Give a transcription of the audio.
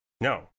No